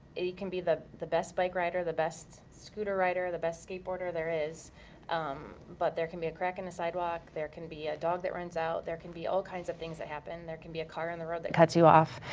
it can be the the best bike rider, the best scooter rider, the best skateboarder there is um but there can be a crack in the sidewalk, there can be a dog that runs out, there can be all kinds of things that happen. there can be a car on and the road that cuts you off,